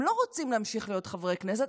הם לא רוצים להמשיך להיות חברי כנסת,